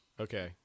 Okay